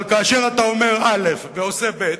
אבל כאשר אתה אומר א' ועושה ב',